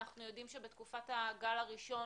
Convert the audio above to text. אנחנו יודעים שבתקופת הגל הראשון